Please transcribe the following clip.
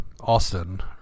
Austin